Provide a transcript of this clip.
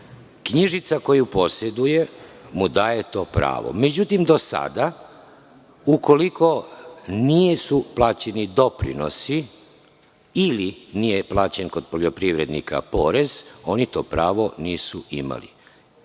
Knjižica koju poseduje mu daje to pravo. Međutim, do sada, ukoliko nisu plaćeni doprinosi ili nije plaćen porez kod poljoprivrednika, oni to pravo nisu imali.